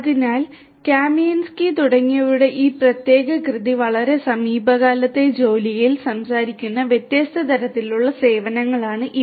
അതിനാൽ കാമിയൻസ്കി തുടങ്ങിയവരുടെ ഈ പ്രത്യേക കൃതി വളരെ സമീപകാലത്തെ ജോലിയിൽ സംസാരിക്കുന്ന വ്യത്യസ്ത തരത്തിലുള്ള സേവനങ്ങളാണ് ഇവ